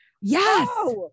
yes